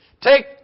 Take